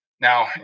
Now